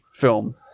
film